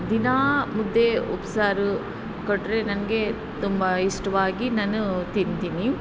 ದಿನ ಮುದ್ದೆ ಉಪ್ಸಾರು ಕೊಟ್ಟರೆ ನನಗೆ ತುಂಬ ಇಷ್ಟವಾಗಿ ನಾನು ತಿಂತೀನಿ